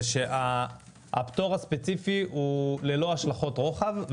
זה שהפטור הספציפי הוא ללא השלכות רוחב,